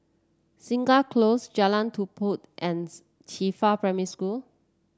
Segar Close Jalan Tupai Qifa Primary School